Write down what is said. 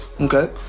Okay